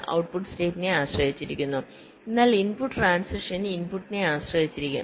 output സ്റ്റേറ്റിനെ ആശ്രയിച്ചിരിക്കുന്നു എന്നാൽ ഇൻപുട്ട് ട്രാൻസിഷൻ ഇൻപുട്ടിനെ ആശ്രയിച്ചിരിക്കും